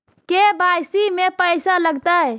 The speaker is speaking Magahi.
के.वाई.सी में पैसा लगतै?